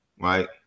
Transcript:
right